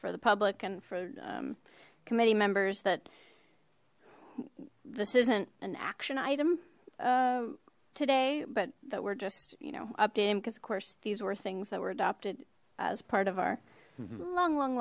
for the public and for committee members that this isn't an action item today but that we're just you know updating because of course these were things that were adopted as part of our long long